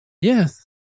Yes